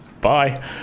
bye